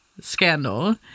scandal